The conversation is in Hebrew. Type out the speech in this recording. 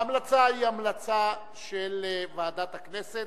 ההמלצה היא המלצה של ועדת הכנסת.